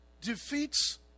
defeats